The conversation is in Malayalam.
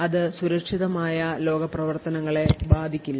അത് സുരക്ഷിതമായ ലോക പ്രവർത്തനങ്ങളെ ബാധിക്കില്ല